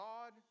God